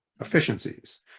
efficiencies